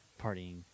partying